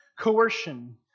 coercion